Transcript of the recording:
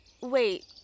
Wait